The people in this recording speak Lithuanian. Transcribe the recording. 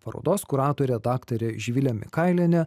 parodos kuratorė daktarė živilė mikailienė